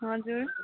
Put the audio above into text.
हजुर